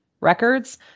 records